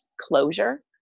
closure